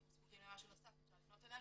אם זקוקים למשהו נוסף אפשר לפנות אלינו